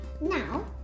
now